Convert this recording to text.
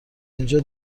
اینجا